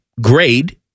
grade